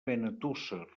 benetússer